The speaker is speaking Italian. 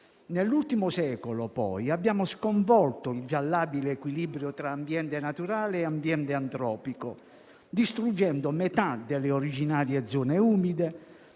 Nell'ultimo secolo, poi, abbiamo sconvolto il già labile equilibrio tra ambiente naturale e antropico, distruggendo metà delle originarie zone umide,